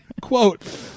Quote